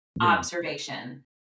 observation